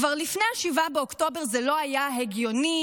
כבר לפני 7 באוקטובר זה לא היה הגיוני